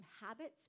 habits